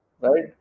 Right